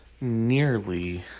nearly